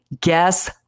Guess